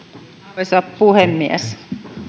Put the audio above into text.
arvoisa puhemies